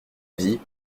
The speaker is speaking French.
vie